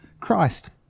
Christ